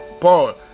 Paul